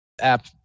App